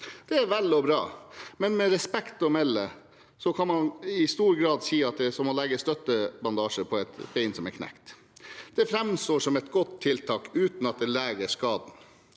Det er vel og bra, men med respekt å melde kan man i stor grad si at det er som å legge støttebandasje på et bein som er knekt. Det framstår som et godt tiltak uten at det leger skaden.